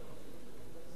הדבר השני,